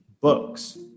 books